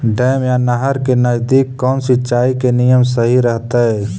Dam या नहर के नजदीक कौन सिंचाई के नियम सही रहतैय?